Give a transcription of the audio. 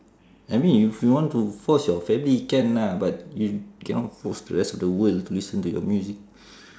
I mean if you want to force your family can lah but you cannot force the rest of the world to listen to your music